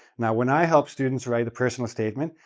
now, when i help students write a personal statement,